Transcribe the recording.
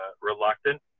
reluctant